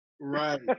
Right